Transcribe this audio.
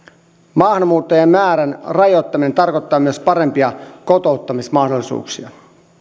maahanmuuttajien määrän rajoittaminen tarkoittaa myös parempia kotouttamismahdollisuuksia